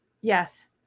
Yes